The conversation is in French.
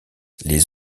leurs